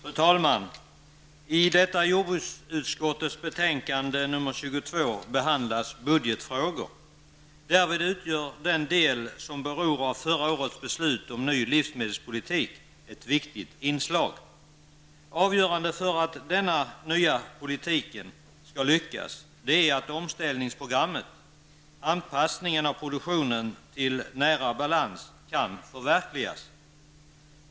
Fru talman! I jordbruksutskottets betänkande nr 22 behandlas budgetfrågor. Därvid utgör den del som beror av förra årets beslut om en ny livsmedelspolitik ett viktigt inslag. Avgörande för att denna nya politik skall lyckas är att omställningsprogrammet, anpassningen av produktionen till nära balans, kan förverkligas.